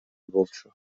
болчу